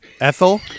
Ethel